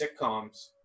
sitcoms